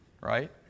right